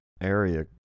area